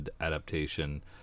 adaptation